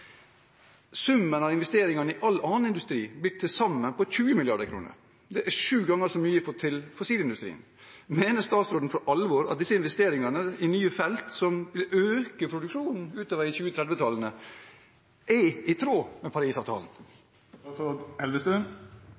Summen av investeringene i all annen industri blir til sammen på 20 mrd. kr. Det er sju ganger så mye til fossilindustrien. Mener statsråden for alvor at disse investeringene i nye felt, som vil øke produksjonen utover på 2030-tallet, er i tråd med Parisavtalen?